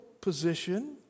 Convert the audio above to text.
position